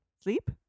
Sleep